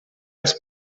els